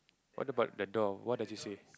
what about the door what does it say